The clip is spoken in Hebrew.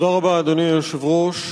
אדוני היושב-ראש,